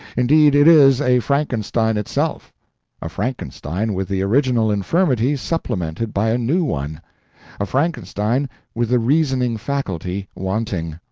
indeed, it is a frankenstein itself a frankenstein with the original infirmity supplemented by a new one a frankenstein with the reasoning faculty wanting.